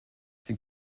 sie